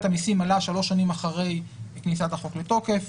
המיסים עלה שלוש שנים אחרי כניסת החוק לתוקף.